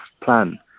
plan